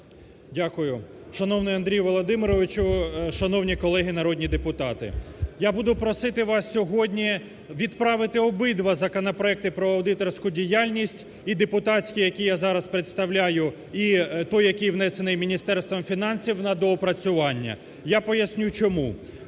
Дякую. Шановний Андрій Володимирович, шановні колеги народні депутати, я буду просити вас сьогодні відправити обидва законопроекти про аудиторську діяльність і депутатський, який я зараз представляю, і той, який внесений Міністерством фінансів, на доопрацювання. Я поясню, чому?